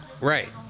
Right